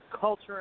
culture